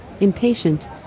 impatient